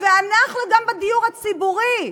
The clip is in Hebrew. ואנחנו, גם בדיור הציבורי,